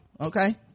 okay